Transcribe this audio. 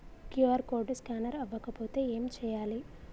QR code scanner అవ్వకపోతే ఏం చేయాలి?